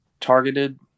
targeted